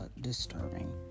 disturbing